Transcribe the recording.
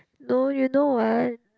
no you know what